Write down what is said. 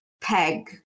peg